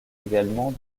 également